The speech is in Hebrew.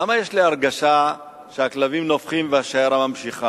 למה יש לי הרגשה שהכלבים נובחים והשיירה עוברת?